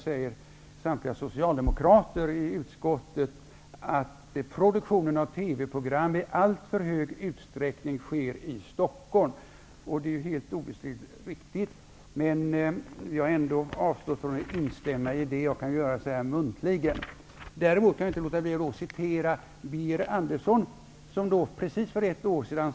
Samtliga socialdemokrater i utskottet säger där att ''produktionen av TV-program i alltför hög utsträckning sker i Stockholm''. Det är helt riktigt, men jag har ändå avstått från att instämma i det. Jag kan emellertid göra det muntligen. Jag kan däremot inte låta bli att referera vad Birger Andersson sade för precis ett år sedan.